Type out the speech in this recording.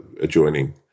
adjoining